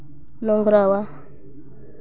ᱱᱚᱝᱨᱟᱣᱟ